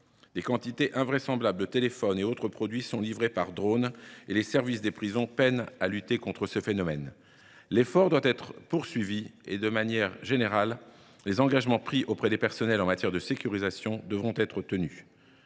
Des quantités invraisemblables de téléphones et autres produits sont livrés par drones, et les services des prisons peinent à lutter contre ce phénomène. L’effort doit être poursuivi et, de manière générale, les engagements pris auprès des personnels en matière de sécurisation devront être tenus.